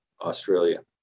Australia